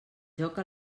joc